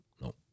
No